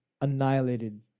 annihilated